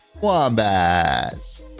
Wombat